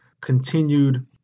continued